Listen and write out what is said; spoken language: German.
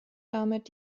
damit